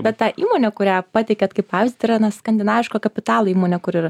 bet ta įmonė kurią pateikėt kaip pavyzdį yra na skandinaviško kapitalo įmonė kuri